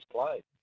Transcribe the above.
played